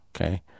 okay